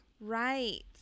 right